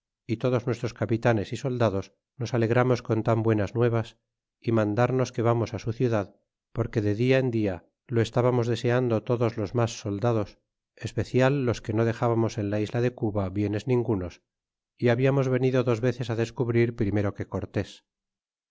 é todos nuestros capitanes é soldados nos alegramos con tan buenas nuevas é mandarnos que vamos á su ciudad porque de dia en dia lo estábamos deseando todos los mas soldados especial los que no dexábamos en la isla de cuba bienes ningunos é hablamos venido dos veces á descubrir primero que